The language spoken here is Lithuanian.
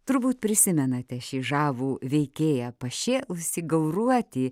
turbūt prisimenate šį žavų veikėją pašėlusį gauruotį